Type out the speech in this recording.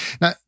Now